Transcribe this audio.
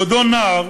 בעודו נער